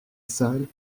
salle